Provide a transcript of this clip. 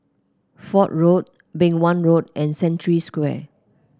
Fort Road Beng Wan Road and Century Square